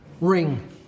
ring